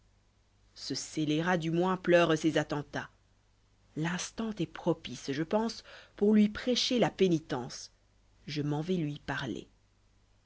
ce scélérat du moins pleure ses attentats l'instant est propice je pense pour lui prêcher ta pénitence je m'en vais lui parler